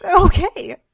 okay